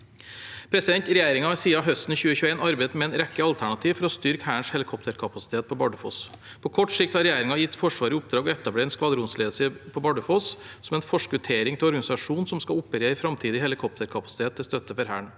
vedlikehold. Regjeringen har siden høsten 2021 arbeidet med en rekke alternativer for å styrke Hærens helikopterkapasitet på Bardufoss. På kort sikt har regjeringen gitt Forsvaret i oppdrag å etablere en skvadronsledelse på Bardufoss, som en forskuttering av organisasjonen som skal operere framtidig helikopterkapasitet til støtte for Hæren.